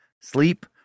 Sleep